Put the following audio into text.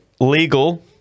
legal